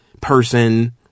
person